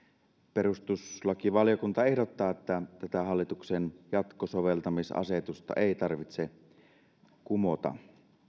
perustuslakivaliokunta ehdottaa että tätä hallituksen jatkosoveltamisasetusta ei tarvitse kumota